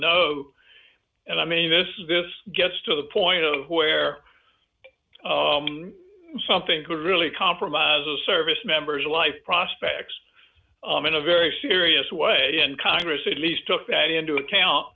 know and i mean this is this gets to the point where something could really compromise a service member's life prospects in a very serious way and congress at least took that into account